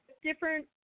different